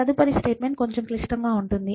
తదుపరి స్టేట్మెంట్ కొంచెం క్లిష్టంగా ఉంటుంది